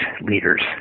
leaders